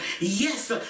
Yes